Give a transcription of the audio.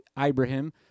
Ibrahim